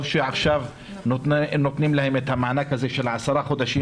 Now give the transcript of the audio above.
טוב שעכשיו נותנים להם מענק של עשרה חודשים.